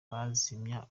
bazimya